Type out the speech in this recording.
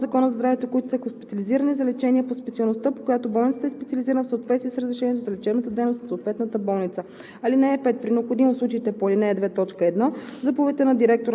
за диагностика и лечение само на лица, болни от заразна болест по чл. 61, ал. 1 от Закона за здравето, които са хоспитализирани за лечение по специалността, по която болницата е специализирана в съответствие с разрешението за лечебна дейност на съответната болница.